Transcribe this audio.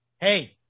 Hey